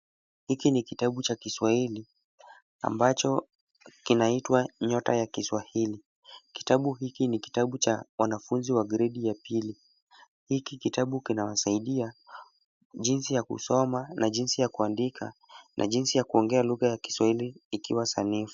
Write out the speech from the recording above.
Hiki ni kitabu cha kiswahili ambacho kinaitwa nyota ya kiswahili. Kitabu hiki ni kitabu cha wanafunzi wa gredi ya pili. Hiki kitabu kinawasaidia jinsi ya kusoma, na jinsi ya kuandika, na jinsi ya kuongea lugha ya kiswahili ikiwa sanifu.